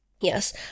yes